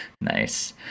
Nice